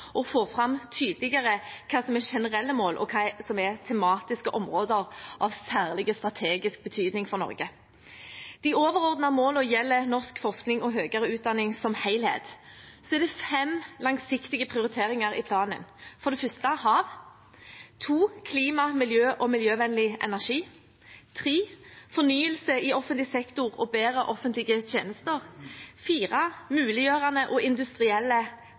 hva som er generelle mål, og hva som er tematiske områder av særlig strategisk betydning for Norge. De overordnede målene gjelder norsk forskning og høyere utdanning som helhet. Så er det fem langsiktige prioriteringer i planen: hav klima, miljø og miljøvennlig energi fornyelse i offentlig sektor og bedre offentlige tjenester muliggjørende og industrielle